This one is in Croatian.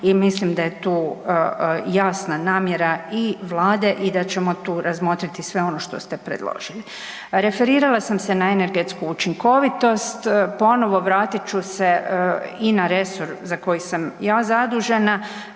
mislim da je tu jasna namjera i Vlada i da ćemo tu razmotriti sve ono što ste predložili. Referirala sam se na energetsku učinkovitost, ponovo vratiti ću se i na resor za koji sam ja zadužena.